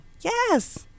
Yes